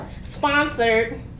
sponsored